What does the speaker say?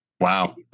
Wow